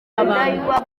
abantu